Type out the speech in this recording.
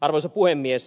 arvoisa puhemies